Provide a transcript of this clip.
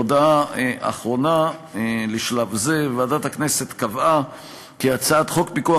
הודעה אחרונה לשלב זה: ועדת הכנסת קבעה כי הצעת חוק פיקוח